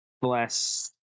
bless